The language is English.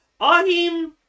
Ahim